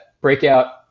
breakout